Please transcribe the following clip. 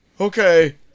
Okay